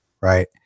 Right